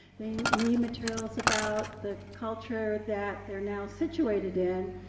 they need materials about the culture that they're now situated in.